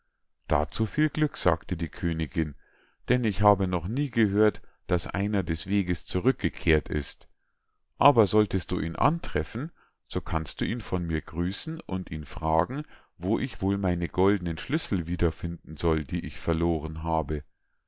dazu will viel glück sagte die königinn denn ich habe noch nie gehört daß einer des weges zurückgekehrt ist aber solltest du ihn antreffen so kannst du ihn von mir grüßen und ihn fragen wo ich wohl meine goldnen schlüssel wiederfinden soll die ich verloren habe